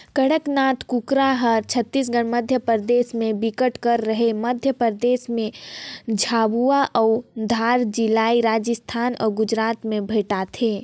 कड़कनाथ कुकरा हर छत्तीसगढ़, मध्यपरदेस में बिकट कर हे, मध्य परदेस में झाबुआ अउ धार जिलाए राजस्थान अउ गुजरात में भेंटाथे